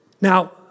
Now